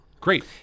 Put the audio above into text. Great